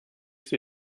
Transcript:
sie